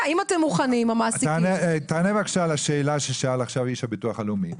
תענה בבקשה לשאלה ששאל עכשיו איש הביטוח הלאומי,